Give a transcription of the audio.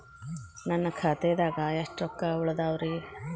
ನನ್ನ ಖಾತೆದಾಗ ಎಷ್ಟ ರೊಕ್ಕಾ ಉಳದಾವ್ರಿ?